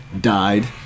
died